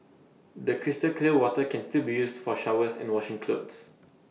the crystal clear water can still be used for showers and washing clothes